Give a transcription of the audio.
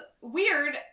weird